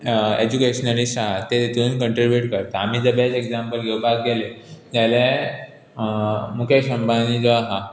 educationalist आसा ते तातूंत कंट्रिब्यूट करता आनी जर बेस्ट एग्जांपल घेवपाक गेले जाल्यार मुकेश अंबानी जो आसा